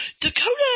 Dakota